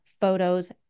photos